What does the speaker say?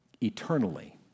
eternally